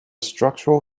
structural